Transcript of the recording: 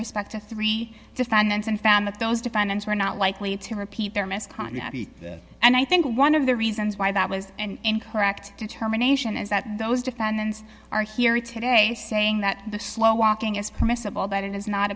respect to three defendants and found that those defendants were not likely to repeat their misconduct and i think one of the reasons why that was an incorrect determination is that those defendants are here today saying that the slow walking is permissible that it is not